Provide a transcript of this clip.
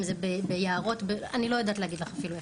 אם זה ביערות - אני לא יודעת להגיד לך אפילו איפה.